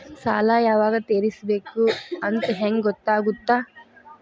ಸಾಲ ಯಾವಾಗ ತೇರಿಸಬೇಕು ಅಂತ ಹೆಂಗ್ ಗೊತ್ತಾಗುತ್ತಾ?